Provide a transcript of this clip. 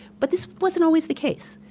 but this wasn't always the case.